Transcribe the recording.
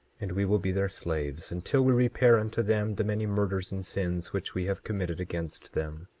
and we will be their slaves until we repair unto them the many murders and sins which we have committed against them.